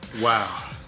Wow